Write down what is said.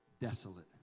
desolate